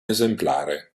esemplare